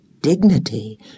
dignity